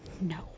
No